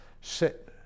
sit